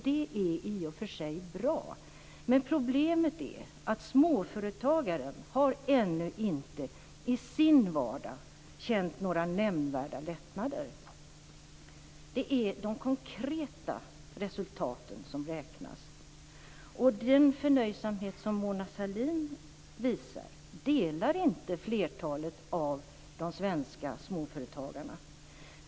Det är i och för sig bra, men problemet är att småföretagaren i sin vardag ännu inte har känt några nämnvärda lättnader. Det är de konkreta resultaten som räknas. Den förnöjsamhet som Mona Sahlin visar delar inte flertalet av de svenska småföretagarna.